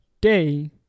day